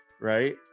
right